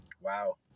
Wow